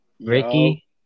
Ricky